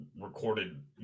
recorded